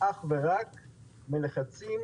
אך ורק מלחצים.